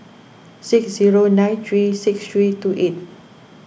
six zero nine three six three two eight